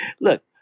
look